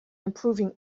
improving